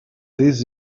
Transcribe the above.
this